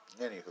anywho